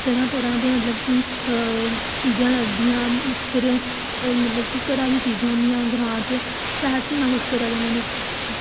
तरह तरह दे मतलब कि चीज़ां लभदियां फिर ओह् मतलब की घरा दियां चीज़ां होंदियां शैह्र मतलब कि इंया